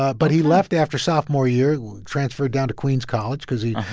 ah but he left after sophomore year, transferred down to queens college because he,